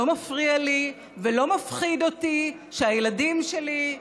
לא מפריע לי ולא מפחיד אותי שהילדים שלי,